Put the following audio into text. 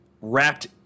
wrapped